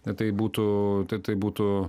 na tai būtų tai tai būtų